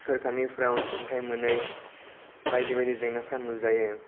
सोरखारनिफ्राय अनसुंथाइ मोनै बायदि बायदि जेंनाफोरा नुजायो